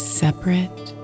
separate